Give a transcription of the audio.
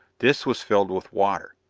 this was filled with water.